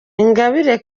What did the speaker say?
ingabire